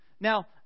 Now